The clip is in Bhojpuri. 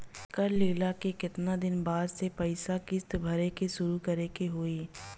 कर्जा लेला के केतना दिन बाद से पैसा किश्त भरे के शुरू करे के होई?